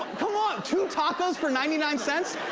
come on! two tacos for ninety nine cents.